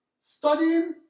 Studying